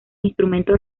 instrumentos